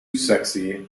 sexy